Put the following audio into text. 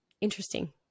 interesting